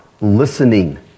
listening